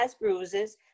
bruises